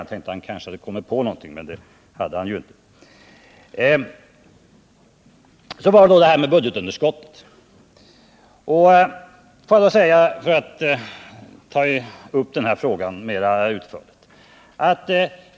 Jag tänkte att han kanske hade kommit på någonting, men det hade han ju inte. Så var det frågan om budgetunderskottet. Låt mig ta upp den mera utförligt.